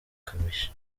kamichi